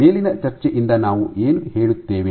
ಮೇಲಿನ ಚರ್ಚೆಯಿಂದ ನಾವು ಏನು ಹೇಳುತ್ತೇವೆ